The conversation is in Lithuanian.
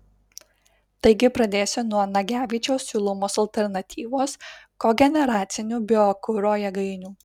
taigi pradėsiu nuo nagevičiaus siūlomos alternatyvos kogeneracinių biokuro jėgainių